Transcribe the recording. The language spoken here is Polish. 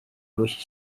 musi